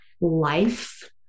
life